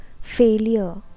failure